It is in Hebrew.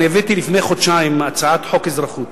אני הבאתי לפני חודשיים הצעת חוק אזרחות